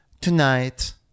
tonight